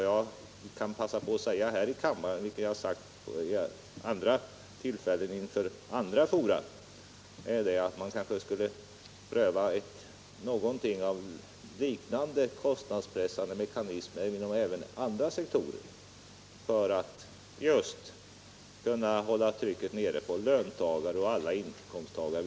Jag vill passa på att säga inför kammaren — jag har tidigare gjort det i andra fora — att man även inom andra sektorer borde ha samma kostnadspress som inom försvaret för att minska trycket på löntagarna och f.ö.